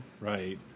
Right